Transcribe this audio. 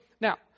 now